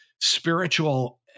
spiritual